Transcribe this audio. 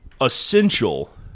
essential